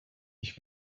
ich